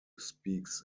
speaks